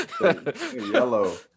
Yellow